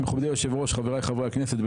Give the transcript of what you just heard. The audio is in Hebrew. חבריי חברי הכנסת,